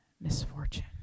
misfortune